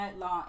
law